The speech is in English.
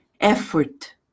Effort